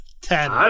Ten